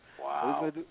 Wow